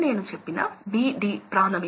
5 రూపాయలు తీసుకుంటే